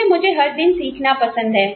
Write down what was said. क्योंकि मुझे हर दिन सीखना पसंद है